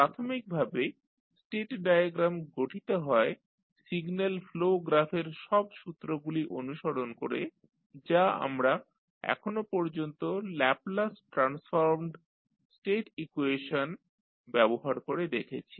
প্রাথমিকভাবে state diagram গঠিত হয় সিগন্যাল ফ্লো গ্রাফের সব সূত্রগুলি অনুসরণ করে যা আমরা এখনো পর্যন্ত ল্যাপলাস ট্রান্সফর্মড স্টেট ইকুয়েশন ব্যবহার করে দেখেছি